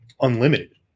Unlimited